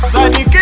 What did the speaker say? Sunny